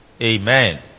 Amen